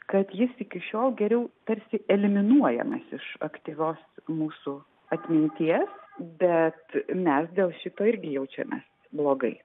kad jis iki šiol geriau tarsi eliminuojamas iš aktyvios mūsų atminties bet mes dėl šito irgi jaučiamės blogai